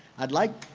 i'd like,